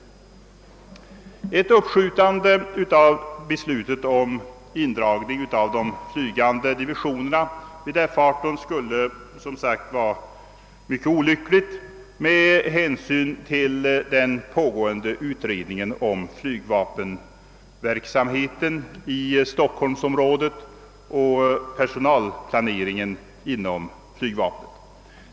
Ett uppskjutande av beslutet om indragning av de flygande divisionerna vid F 18 skulle som sagt vara mycket olyckligt med hänsyn till den pågående utredningen om flygvapenverksamheten i stockholmsområdet och personalplaneringen inom flygvapnet.